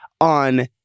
on